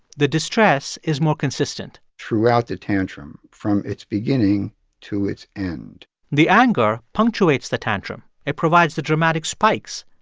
the distress is more consistent throughout the tantrum, from its beginning to its end the anger punctuates the tantrum. it provides the dramatic spikes,